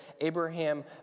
Abraham